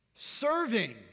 Serving